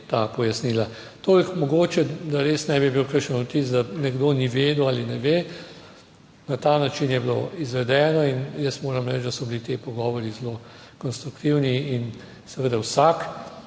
ta pojasnila. Toliko mogoče, da res ne bi bil kakšen vtis, da nekdo ni vedel ali ne ve. Na ta način je bilo izvedeno in jaz moram reči, da so bili ti pogovori zelo konstruktivni in seveda vsak,